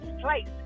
place